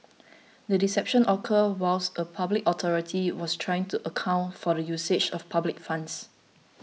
the deception occurred whilst a public authority was trying to account for the usage of public funds